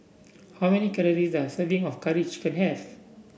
how many calories does a serving of Curry Chicken have